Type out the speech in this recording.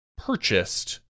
purchased